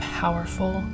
powerful